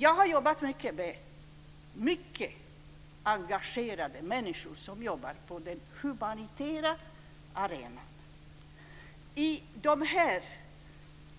Jag har arbetat med mycket engagerade människor som jobbar på den humanitära arenan i